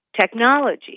technology